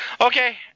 Okay